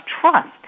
trust